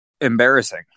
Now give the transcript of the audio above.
embarrassing